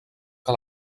que